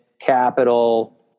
capital